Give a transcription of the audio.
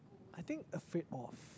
I think afraid of